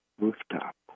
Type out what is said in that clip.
rooftop